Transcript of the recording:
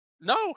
No